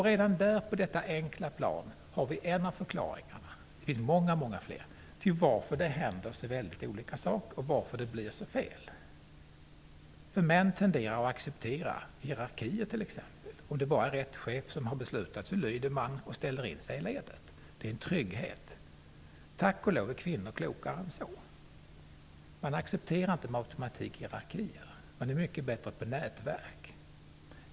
Redan på detta enkla plan har vi en av förklaringarna -- det finns många, många fler -- till varför det händer så olika saker och varför det blir så fel. Män tenderar t.ex. att acceptera hierarkier. Om det bara är rätt chef som har beslutat så lyder man och ställer in sig i ledet. Det är en trygghet. Tack och lov är kvinnor klokare än så. De accepterar inte hierarkier med automatik. Kvinnor är mycket bättre på nätverk.